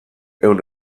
ehun